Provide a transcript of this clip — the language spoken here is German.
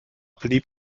blieb